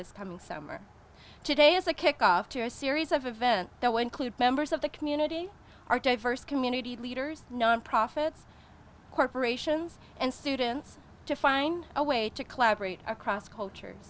this coming summer today is a kickoff to a series of events that were include members of the community our diverse community leaders nonprofits corporations and students to find a way to collaborate across cultures